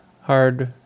hard